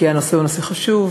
כי הנושא הוא נושא חשוב,